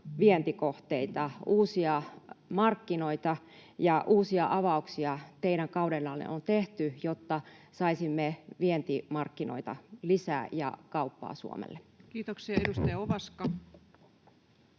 vientikohteita, uusia markkinoita ja uusia avauksia teidän kaudellanne on tehty, jotta saisimme vientimarkkinoita lisää ja kauppaa Suomelle? [Speech 61] Speaker: